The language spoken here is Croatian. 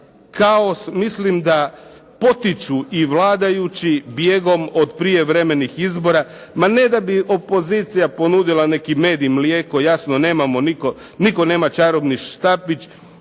kaos mislim da potiču i vladajući bijegom od prijevremenih izbora. Ma ne da bi opozicija ponudila neki med i mlijeko, jasno nemamo nitko, nitko nema čarobni štapić,